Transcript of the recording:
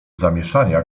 zamieszania